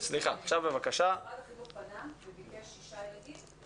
משרד החינוך פנה וביקש שישה ילדים.